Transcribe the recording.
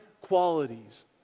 qualities